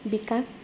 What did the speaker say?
বিকাশ